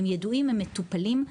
הם ידועים והם מטופלים,